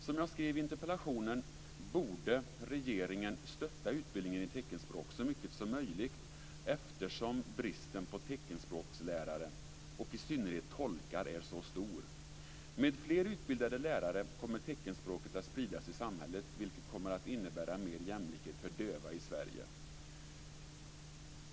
Som jag skrev i interpellationen borde regeringen stötta utbildningen i teckenspråk så mycket som möjligt, eftersom bristen på teckenspråkslärare och i synnerhet tolkar är så stor. Med fler utbildade lärare kommer teckenspråket att spridas i samhället, vilket kommer att innebära mer jämlikhet för döva i Sverige.